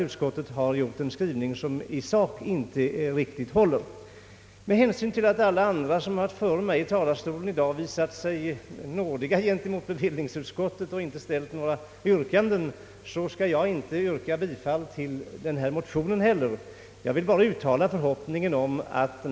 Utskottets skrivning håller därför inte riktigt i sak. Eftersom alla föregående talare visat sig nådiga gentemot bevillningsutskottet och inte ställt några yrkanden, skall inte heiler jag yrka bifall till motionen i den här frågan.